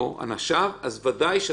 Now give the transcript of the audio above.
אמצעי זיהוי,